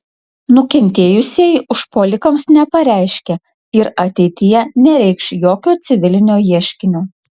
nukentėjusieji užpuolikams nepareiškė ir ateityje nereikš jokio civilinio ieškinio